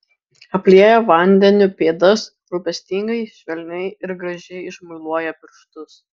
aplieja vandeniu pėdas rūpestingai švelniai ir gražiai išmuiluoja pirštus